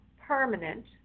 permanent